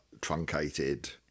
truncated